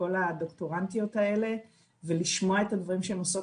כל הדוקטורנטיות האלה ולשמוע את הדברים שהן עושות,